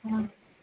ம்